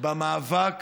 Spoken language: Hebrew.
במאבק